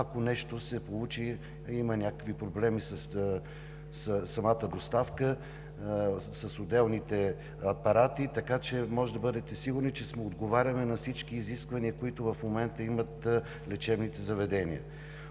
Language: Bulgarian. ако нещо се случи или има някакви проблеми със самата доставка с отделните апарати. Можете да бъдете сигурни, че сме отговорили на всички изисквания, които в момента имат лечебните заведения.